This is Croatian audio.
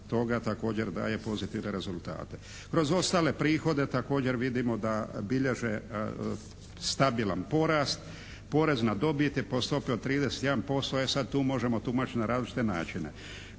toga također daje pozitivne rezultate. Kroz ostale prihode također vidimo da bilježe stabilan porast, poraz na dobit je po stopi od 31% e sada tu možemo tumačiti na različite načine.